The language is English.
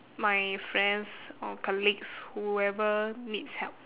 my friends or colleagues whoever needs help